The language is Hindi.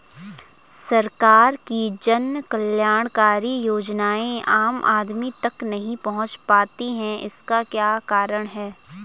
सरकार की जन कल्याणकारी योजनाएँ आम आदमी तक नहीं पहुंच पाती हैं इसका क्या कारण है?